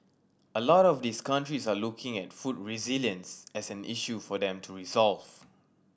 a lot of these countries are looking at food resilience as an issue for them to resolve